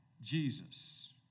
Jesus